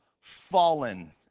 Fallen